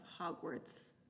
Hogwarts